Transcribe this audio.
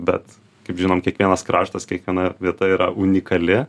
bet kaip žinom kiekvienas kraštas kiekviena vieta yra unikali